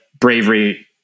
bravery